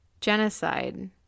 genocide